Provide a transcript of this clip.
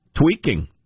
tweaking